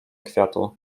kwiatu